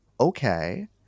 okay